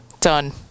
Done